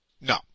No